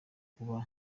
kuko